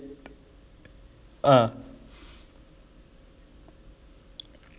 ah